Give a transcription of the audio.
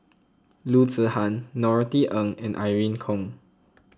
Loo Zihan Norothy Ng and Irene Khong